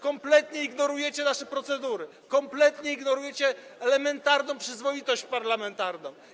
Kompletnie ignorujecie nasze procedury, kompletnie ignorujecie elementarną przyzwoitość parlamentarną.